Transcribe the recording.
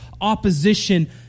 opposition